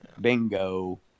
Bingo